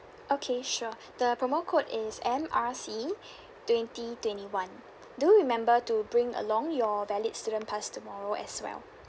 okay sure the promo code is M R C twenty twenty one do remember to bring along your valid student pass tomorrow as well